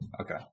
Okay